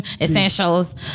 essentials